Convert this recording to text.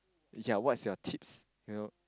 ya what's your tips you know